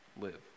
live